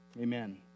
Amen